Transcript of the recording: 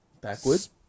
Backwards